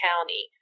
County